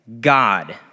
God